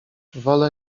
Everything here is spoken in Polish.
wolę